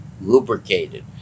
lubricated